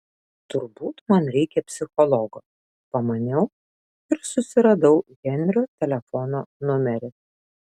turbūt man reikia psichologo pamaniau ir susiradau henrio telefono numerį